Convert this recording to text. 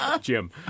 Jim